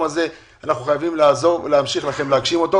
ואנחנו חייבים לעזור להם להגשים את החלום הזה.